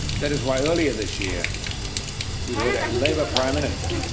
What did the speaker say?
that is why earlier this year we heard a labor prime minster,